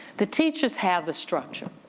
the teachers have the structure